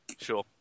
Sure